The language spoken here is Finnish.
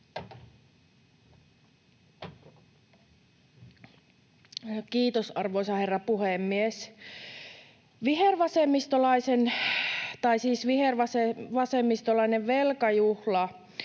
Kiitos, arvoisa herra puhemies! Vihervasemmistolaisen velkajuhlan